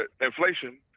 inflation